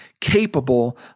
capable